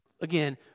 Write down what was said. again